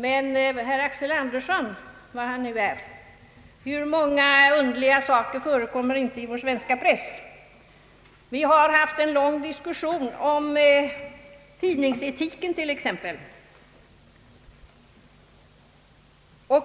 Men, herr Axel Andersson, hur många underliga saker förekommer inte i vår svenska press? Vi har haft en lång diskussion om tidningsetiken t.ex.